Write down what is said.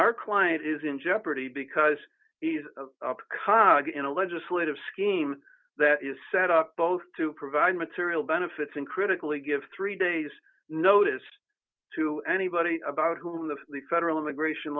our client is in jeopardy because he's come out in a legislative scheme that is set up both to provide material benefits uncritically give three days notice to anybody about whom the the federal immigration